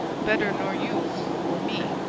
bedder nor you or me.